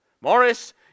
Morris